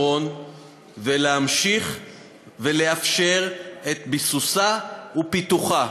הישראלית ביהודה ושומרון ולהמשיך ולאפשר את ביסוסה ופיתוחה.